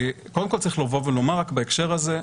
קודם כל צריך לומר בהקשר הזה,